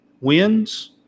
wins